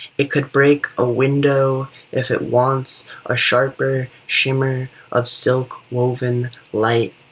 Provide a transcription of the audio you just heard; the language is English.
it could break a window if it wants a sharper shimmer of silk-woven light,